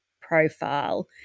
profile